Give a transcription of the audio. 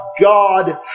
God